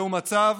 זה מצב